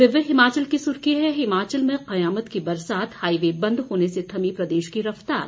दिव्य हिमाचल की सुर्खी है हिमाचल में कयामत की बरसात हाई वे बंद होने से थमी प्रदेश की रफ्तार